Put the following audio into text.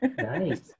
Nice